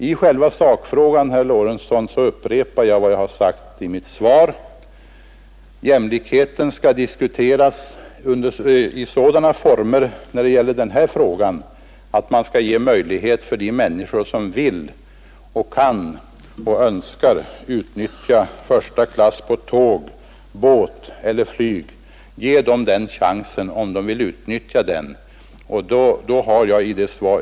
I själva sakfrågan, herr Lorentzon, upprepar jag vad jag sagt i mitt svar. Jämlikheten skall diskuteras i sådana former att man ger möjlighet för de människor som önskar utnyttja första klass på tåg, båt eller flyg att också göra det.